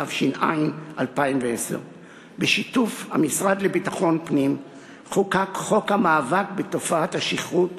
התש"ע 2010. בשיתוף המשרד לביטחון הפנים חוקק חוק המאבק בתופעת השכרות